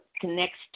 connects